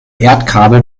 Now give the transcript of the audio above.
erdkabel